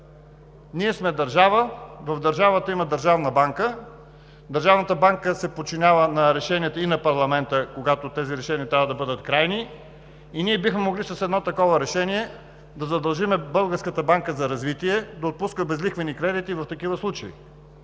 ние сме държава, в държавата има държавна банка, държавната банка се подчинява на решенията и на парламента, когато тези решения трябва да бъдат крайни. Ние бихме могли с едно такова решение да задължим Българската банка за развитие да отпуска безлихвени кредити в такива случаи,